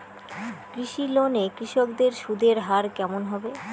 কৃষি লোন এ কৃষকদের সুদের হার কেমন হবে?